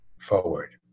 forward